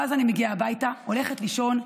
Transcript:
ואז אני מגיעה הביתה, הולכת לישון,